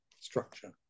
structure